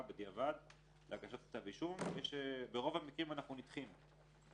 בדיעבד להגשת כתב אישום וברוב המקרים אנחנו נדחים.